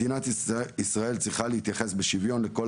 מדינת ישראל צריכה להתייחס בשוויון לכל